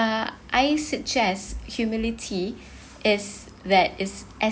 uh I suggest humility is that is